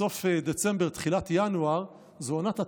סוף דצמבר עד תחילת ינואר זו עונת התותים,